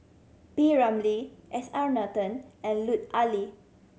P Ramlee S R Nathan and Lut Ali